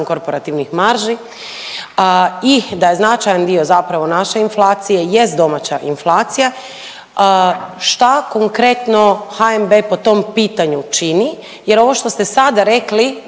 korporativnih marži i da je značajan dio naše inflacije jest domaća inflacija. Šta konkretno HNB po tom pitanju čini jer ovo što ste sada rekli